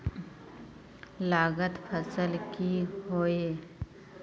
लागत फसल की होय?